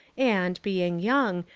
and, being young,